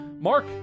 Mark